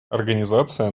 организация